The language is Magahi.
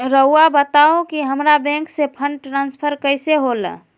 राउआ बताओ कि हामारा बैंक से फंड ट्रांसफर कैसे होला?